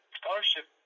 scholarship